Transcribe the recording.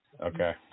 okay